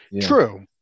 True